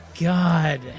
god